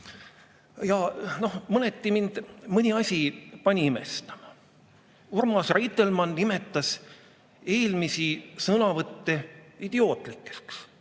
mõneti mind mõni asi pani imestama. Urmas Reitelmann nimetas eelmisi sõnavõtte idiootlikeks.